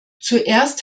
zuerst